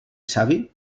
savi